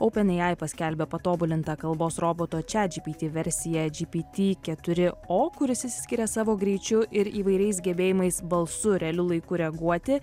openai paskelbė patobulintą kalbos roboto chatgpt versiją gpt keturi o kuris išsiskiria savo greičiu ir įvairiais gebėjimais balsu realiu laiku reaguoti